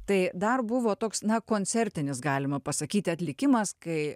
tai dar buvo toks na koncertinis galima pasakyti atlikimas kai